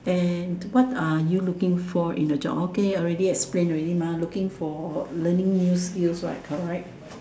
and what are you looking for in a job okay already explain already mah looking for learning new skills right correct